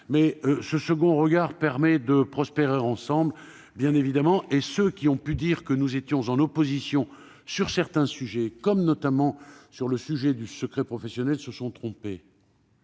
... Ce second regard permet de prospérer ensemble. Ceux qui ont pu dire que nous étions en opposition sur certains sujets, et notamment sur le secret professionnel, se sont trompés.